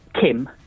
Kim